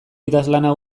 idazlana